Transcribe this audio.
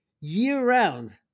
year-round